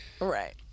Right